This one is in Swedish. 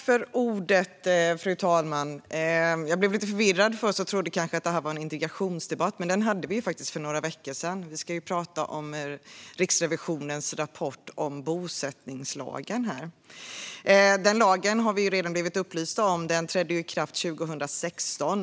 Fru talman! Jag blev lite förvirrad och trodde kanske att det här var en integrationsdebatt, men den hade vi ju för några veckor sedan. Vi ska ju prata om Riksrevisionens rapport om bosättningslagen. Vi har redan blivit upplysta om att den lagen trädde i kraft 2016.